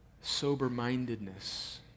sober-mindedness